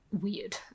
weird